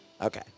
Okay